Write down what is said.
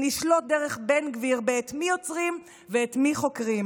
ישלוט דרך בן גביר באת מי עוצרים ואת מי חוקרים.